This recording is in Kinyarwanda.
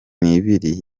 nibiri